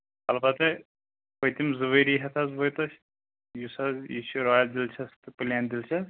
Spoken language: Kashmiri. اَلبتہ پٔتِم زٕ ؤری ہٮ۪تھ حظ وٲتۍ اَسہِ یُس حظ یہِ چھُ رایَل ڈٮ۪لِشَس تہٕ پٕلین ڈٮ۪لِشَس